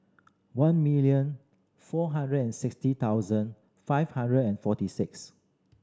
one million four hundred and sixty thousand five hundred and forty six